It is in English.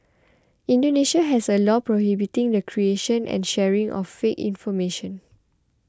Indonesia has a law prohibiting the creation and sharing of fake information